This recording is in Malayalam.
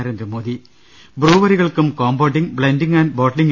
നരേന്ദ്രമോദി ബ്രൂവറികൾക്കും കോമ്പൌണ്ടിംഗ് ബ്ലെൻഡിംഗ് ആന്റ് ബോട്ട്ലിംഗ്